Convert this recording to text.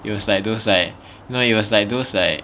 it was like those like no it was like those like